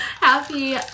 Happy